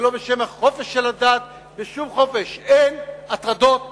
ולא בשם החופש של הדת ושום חופש: אין הטרדות מיניות,